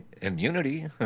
Immunity